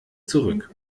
zurück